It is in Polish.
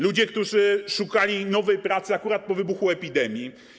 Ludzie, którzy szukali nowej pracy akurat po wybuchu epidemii.